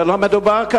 זה דבר בסיסי.